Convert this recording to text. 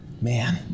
man